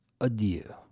adieu